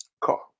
car